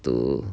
to